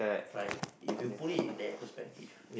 fine if you put it in that perspective